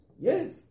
Yes